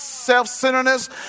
self-centeredness